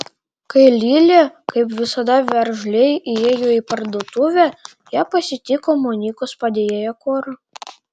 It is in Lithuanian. kai lilė kaip visada veržliai įėjo į parduotuvę ją pasitiko monikos padėjėja kora